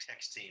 texting